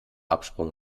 absprung